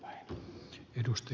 arvoisa puhemies